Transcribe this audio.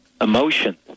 emotion